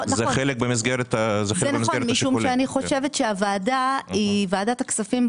-- זה נכון משום שאני חושבת שוועדת הכספים,